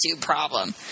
problem